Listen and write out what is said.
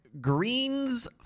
greens